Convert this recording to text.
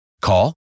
Call